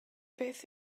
beth